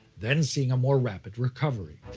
then seeing a more rapid recovery.